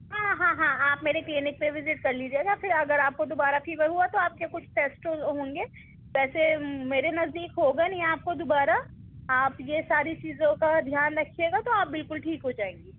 ہاں ہاں ہاں آپ میری کلینک پر وزٹ کر لیجیے گا پھر اگر آپ کو دوبارہ فیور ہوا تو آپ کے کچھ ٹیسٹ ہوں گے ویسے میرے نزدیک ہوگا نہیں آپ کو دوبارہ آپ یہ ساری چیزوں کا دھیان رکھیے گا تو آپ بالکل ٹھیک ہو جائیں گی